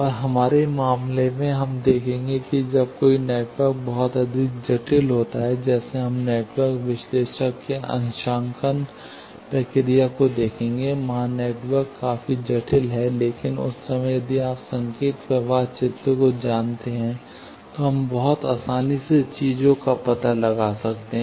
और हमारे मामले में हम देखेंगे कि जब कोई नेटवर्क बहुत अधिक जटिल हो जाता है जैसे हम नेटवर्क विश्लेषक के अंशांकन प्रक्रिया को देखेंगे वहां नेटवर्क काफी जटिल है लेकिन उस समय यदि आप संकेत प्रवाह चित्र को जानते हैं तो हम बहुत आसानी से चीजों का पता लगा सकते हैं